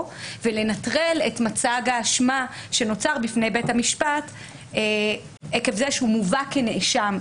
ולנטרל את מצג האשמה שנוצר בפני בית המשפט עקב זה שהוא מובא כנאשם,